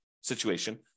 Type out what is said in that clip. situation